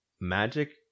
Magic